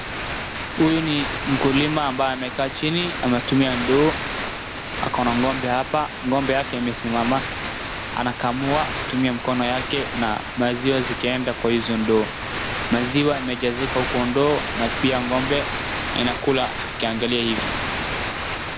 Huyu ni mkulima ambaye amekaa chini, anatumia ndoo. Ako na ng'ombe hapa. Ng'ombe yake imesimama. Anakamua akitumia mkono yake na maziwa zikenda kwa hizo ndoo. Maziwa yamejazika kwa ndoo na pia ng'ombe inakula ikiangalia hivi.